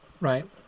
right